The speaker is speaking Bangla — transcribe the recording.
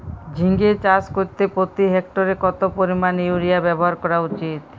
ঝিঙে চাষ করতে প্রতি হেক্টরে কত পরিমান ইউরিয়া ব্যবহার করা উচিৎ?